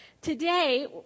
Today